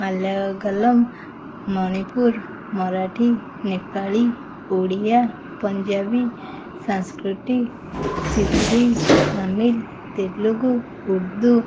ମାଲାୟଗଲମ ମଣିପୁର ମରାଠୀ ନେପାଳୀ ଓଡ଼ିଆ ପଞ୍ଜାବୀ ସାଂସ୍କୃଟି ସିନ୍ଧି ତାମିଲ୍ ତେଲୁଗୁ ଉର୍ଦ୍ଦୁ